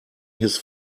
his